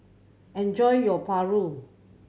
enjoy your paru